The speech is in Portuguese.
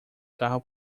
carro